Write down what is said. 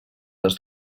les